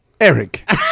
Eric